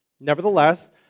Nevertheless